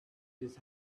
his